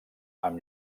amb